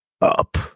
up